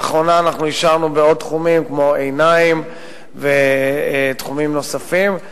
לאחרונה אישרנו בעוד תחומים כמו עיניים ותחומים נוספים.